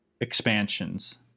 expansions